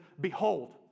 Behold